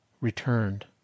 returned